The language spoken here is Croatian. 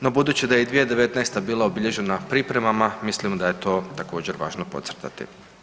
No budući da je i 2019-ta bila obilježena pripremama mislimo da je to također važno podcrtati.